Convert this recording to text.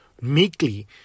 meekly